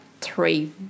three